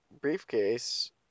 briefcase